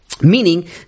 Meaning